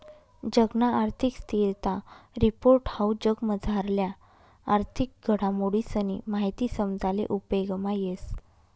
जगना आर्थिक स्थिरता रिपोर्ट हाऊ जगमझारल्या आर्थिक घडामोडीसनी माहिती समजाले उपेगमा येस